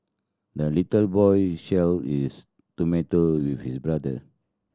the little boy shared his tomato with his brother